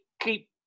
keep